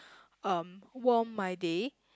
um warm my day